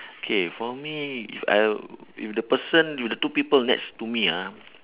okay for me if I'll if the person if the two people next to me ah